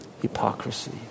hypocrisy